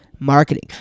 Marketing